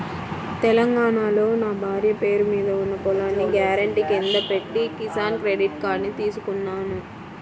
తెలంగాణాలో నా భార్య పేరు మీద ఉన్న పొలాన్ని గ్యారెంటీ కింద పెట్టి కిసాన్ క్రెడిట్ కార్డుని తీసుకున్నాను